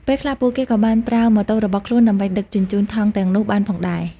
ពេលខ្លះពួកគេក៏បានប្រើម៉ូតូរបស់ខ្លួនដើម្បីដឹកជញ្ជូនថង់ទាំងនោះបានផងដែរ។